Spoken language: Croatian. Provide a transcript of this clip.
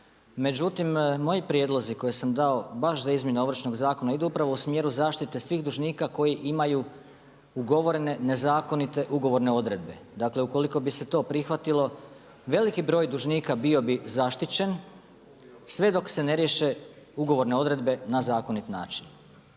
Međutim, moji prijedlozi koje sam dao baš za izmjene Ovršnog zakona idu upravo u smjeru zaštite svih dužnika koji imaju ugovorene nezakonite ugovorne odredbe. Dakle ukoliko bi se to prihvatilo veliki broj dužnika bio bi zaštićen, sve dok se ne riješe ugovorne odredbe na zakonit način.